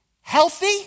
healthy